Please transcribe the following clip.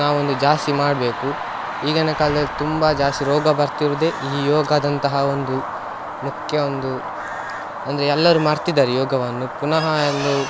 ನಾವೊಂದು ಜಾಸ್ತಿ ಮಾಡಬೇಕು ಈಗಿನ ಕಾಲ್ದಲ್ಲಿ ತುಂಬ ಜಾಸ್ತಿ ರೋಗ ಬರ್ತಿರೋದೆ ಈ ಯೋಗದಂತಹ ಒಂದು ಮುಖ್ಯ ಒಂದು ಅಂದರೆ ಎಲ್ಲರೂ ಮಾಡ್ತಿದ್ದಾರೆ ಯೋಗವನ್ನು ಪುನಃ ಇದು